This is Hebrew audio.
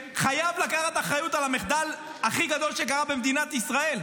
חייב לקחת אחריות על המחדל הכי גדול שקרה במדינת ישראל.